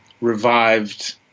revived